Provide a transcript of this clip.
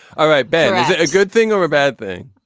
all right, ben. is it a good thing or a bad thing?